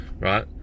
right